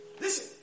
Listen